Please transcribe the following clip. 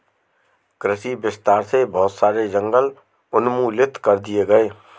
कृषि विस्तार से बहुत सारे जंगल उन्मूलित कर दिए गए